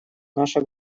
наша